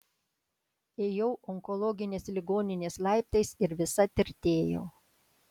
ėjau onkologinės ligoninės laiptais ir visa tirtėjau